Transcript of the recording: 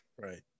right